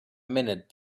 minute